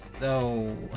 No